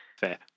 fair